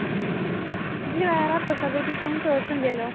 ഓ ഇതിൽ വേറെ പ്രിസർവേറ്റീവ്സ് ഒന്നും ചേർക്കണില്ലല്ലോ